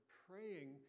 praying